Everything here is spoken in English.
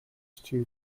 stew